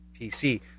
PC